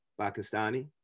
Pakistani